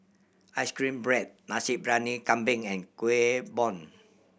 ice cream bread Nasi Briyani Kambing and Kuih Bom